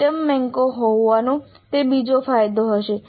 item બેંકો હોવાનો તે બીજો ફાયદો હશે